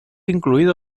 incluido